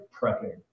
prepping